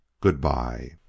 good-bye